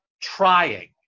trying